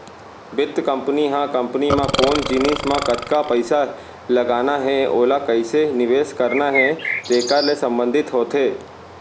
बित्त कंपनी ह कंपनी म कोन जिनिस म कतका पइसा लगाना हे ओला कइसे निवेस करना हे तेकर ले संबंधित होथे